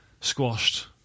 squashed